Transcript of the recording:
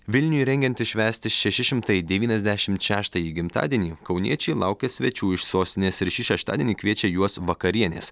vilniuje rengiantis švęsti šeši šimtai devyniasdešimt šeštąjį gimtadienį kauniečiai laukia svečių iš sostinės ir šį šeštadienį kviečia juos vakarienės